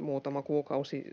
Muutama kuukausi